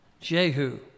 Jehu